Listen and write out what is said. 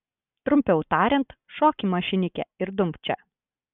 trumpiau tariant šok į mašinikę ir dumk čia